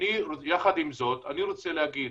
יחד עם זאת אני רוצה להגיד,